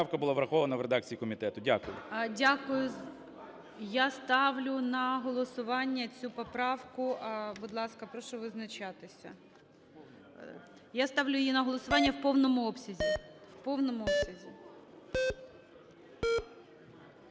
Дякую. Я ставлю на голосування цю поправку. Будь ласка, прошу визначитися. Я ставлю її на голосування в повному обсязі,